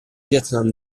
vietnam